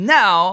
now